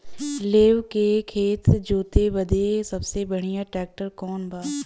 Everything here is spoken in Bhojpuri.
लेव के खेत जोते बदे सबसे बढ़ियां ट्रैक्टर कवन बा?